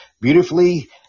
beautifully